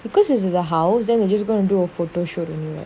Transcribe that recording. because it's the house then you just gonna do a photo shoot new